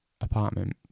apartment